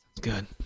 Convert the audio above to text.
good